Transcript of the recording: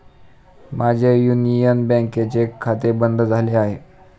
माझे युनियन बँकेचे खाते बंद झाले आहे